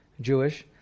Jewish